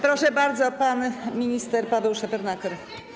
Proszę bardzo, pan minister Paweł Szefernaker.